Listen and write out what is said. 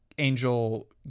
angel